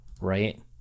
right